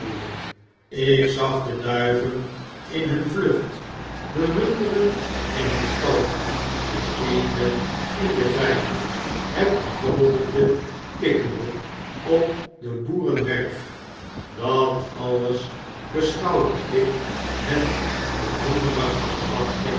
ik zag de duiven in hun vlucht de runderen in hun stallen de eenden in den vyver het gevogelte pikkende op de boerenwerf dat alles beschouwde ik met de hongerige verwachting